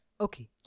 Okay